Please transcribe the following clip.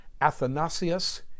Athanasius